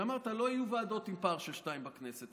שאמרת: לא יהיו ועדות עם פער של שניים בכנסת,